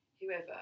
whoever